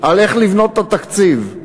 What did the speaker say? איך לבנות את התקציב.